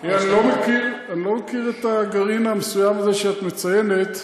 אני לא מכיר את הגרעין המסוים הזה שאת מציינת,